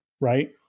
right